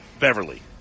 Beverly